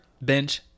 bench